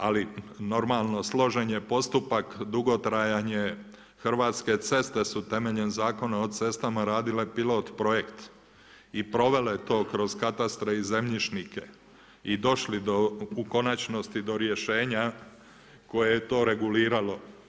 Ali, normalno, složen je postupak, dugotrajan je, Hrvatske ceste su temeljem Zakona o cestama radile pilot projekt i provele to kroz katastre i zemljišne i došli u konačnosti do rješenja, koje je to reguliralo.